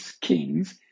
Kings